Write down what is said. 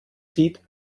sieht